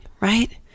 right